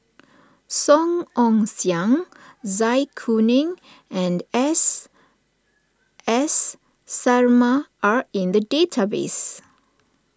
Song Ong Siang Zai Kuning and S S Sarma are in the database